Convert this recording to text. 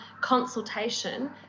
consultation